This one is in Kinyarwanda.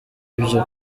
ibyo